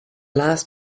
last